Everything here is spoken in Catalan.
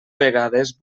vegades